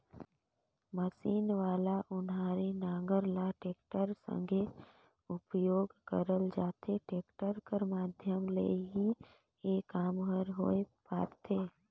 machine वाला ओनारी नांगर ल टेक्टर संघे उपियोग करल जाथे, टेक्टर कर माध्यम ले ही ए काम हर होए पारथे